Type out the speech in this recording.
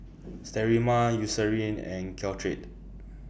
Sterimar Eucerin and Caltrate